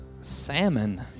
salmon